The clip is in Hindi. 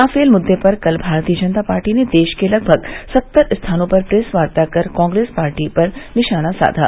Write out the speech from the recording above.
राफेल मुद्दे पर कल भारतीय जनता पार्टी ने देश के लगभग सत्तर स्थानों पर प्रेसवार्ता कर कांग्रेस पार्टी पर निशाना साधा